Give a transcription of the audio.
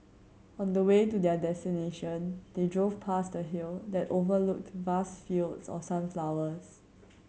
on the way to their destination they drove past the hill that overlooked vast fields of sunflowers